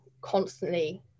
constantly